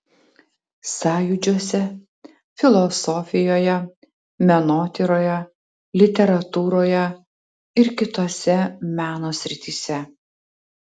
sąjūdžiuose filosofijoje menotyroje literatūroje ir kitose meno srityse